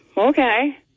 okay